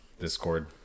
discord